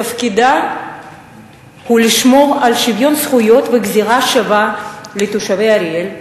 תפקידה הוא לשמור על שוויון זכויות וגזירה שווה לתושבי אריאל,